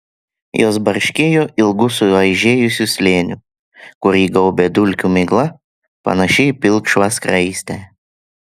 jos barškėjo ilgu suaižėjusiu slėniu kurį gaubė dulkių migla panaši į pilkšvą skraistę